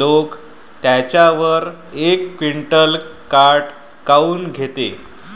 लोकं त्याच्यावर एक क्विंटल काट काऊन घेते?